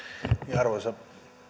arvoisa